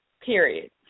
period